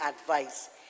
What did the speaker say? advice